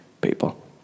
people